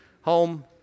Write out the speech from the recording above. Home